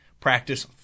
Practice